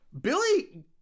Billy